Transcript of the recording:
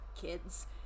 kids